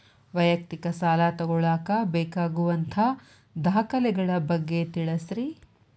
ವೈಯಕ್ತಿಕ ಸಾಲ ತಗೋಳಾಕ ಬೇಕಾಗುವಂಥ ದಾಖಲೆಗಳ ಬಗ್ಗೆ ತಿಳಸ್ರಿ